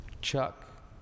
Chuck